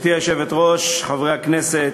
גברתי היושבת-ראש, חברי הכנסת,